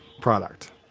product